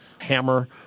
hammer